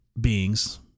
beings